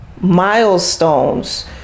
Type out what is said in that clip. milestones